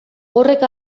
horrek